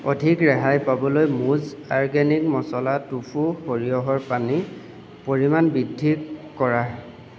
অধিক ৰেহাই পাবলৈ মুজ অৰ্গেনিক মচলা টোফু সৰিয়হৰ পানীৰ পৰিমাণ বৃদ্ধি কৰা